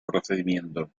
procedimiento